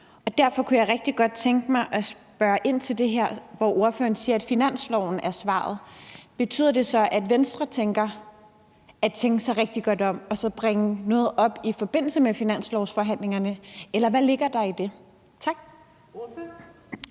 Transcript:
Derfor kunne jeg rigtig godt tænke mig at spørge ind til det, ordføreren siger om, at finansloven er svaret. Betyder det så, at Venstre vil tænke sig rigtig godt om og så bringe noget op i forbindelse med finanslovsforhandlingerne, eller hvad ligger der i det? Kl.